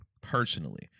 personally